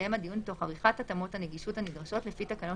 יתקיים הדיון תוך עריכת התאמות הנגישות הנדרשות לפי תקנות